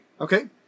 Okay